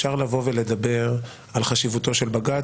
אפשר לבוא ולדבר על חשיבותו של בג"צ,